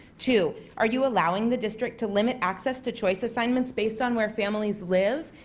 two are you allowing the district to limit access to choice assignments based on where families live?